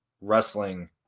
wrestling